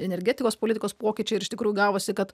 energetikos politikos pokyčiai ir iš tikrųjų gavosi kad